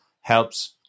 helps